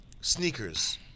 sneakers